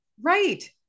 Right